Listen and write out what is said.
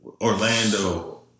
Orlando